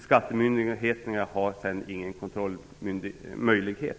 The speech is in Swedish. Skattemyndigheterna har sedan ingen kontrollmöjlighet.